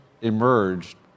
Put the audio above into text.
emerged